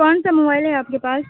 کون سا موبائل ہے آپ کے پاس